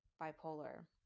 bipolar